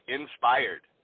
inspired